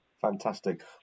Fantastic